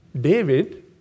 David